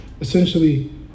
essentially